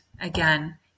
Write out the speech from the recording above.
again